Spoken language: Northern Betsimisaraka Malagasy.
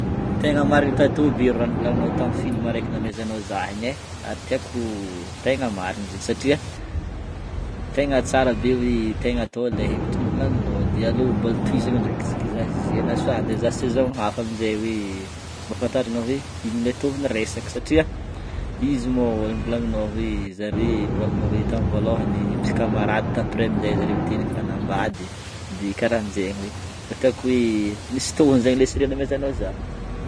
Tegna marina ta tô be raha nivolagninao tamin'ny film araiky namezanao zah igny e ary tiako tegna marigny izy igny satria tegna tsara be hoe tegna tao le hevitra nivolagninao de aleo mbôla tohizagna ndreky izy tsika zahagna soit andeha izaha saison hafa amin'jay hoe mba afantarana hoe ino le tohin'ny resaka satria izy moa le nivolagninao hoe zare nivolagna hoe tamin'ny voalohany mpikamarady t'après amin'jay zare avy teo nifanambady de karahan'jaigny hoe mba tiako hoe misy tohiny zegny le série namezanao zah.